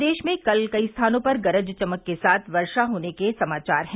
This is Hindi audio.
प्रदेश में कल कई स्थानों पर गरज चमक के साथ वर्षा होने के समाचार हैं